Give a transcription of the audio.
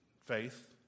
Faith